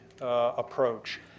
approach